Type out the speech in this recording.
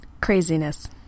craziness